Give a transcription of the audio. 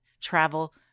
travel